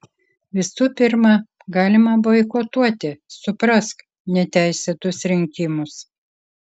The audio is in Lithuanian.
visų pirma galima boikotuoti suprask neteisėtus rinkimus